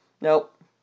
Nope